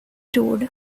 road